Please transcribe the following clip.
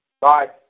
Bye